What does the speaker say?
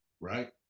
right